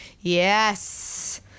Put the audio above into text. Yes